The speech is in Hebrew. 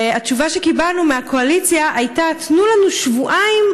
והתשובה שקיבלנו מהקואליציה הייתה: תנו לנו שבועיים,